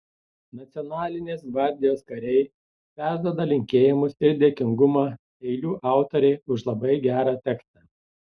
nacionalinės gvardijos kariai perduoda linkėjimus ir dėkingumą eilių autorei už labai gerą tekstą